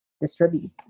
distribute